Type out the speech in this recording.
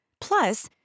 Plus